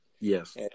Yes